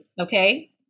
Okay